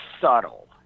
subtle